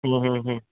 ਹੂੰ ਹੂੰ ਹੂੰ